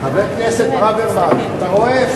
חבר הכנסת ברוורמן, אתה רואה?